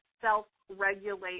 self-regulate